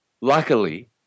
luckily